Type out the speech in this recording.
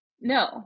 No